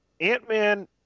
Ant-Man